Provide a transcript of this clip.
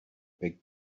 big